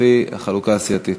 לפי החלוקה הסיעתית.